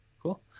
cool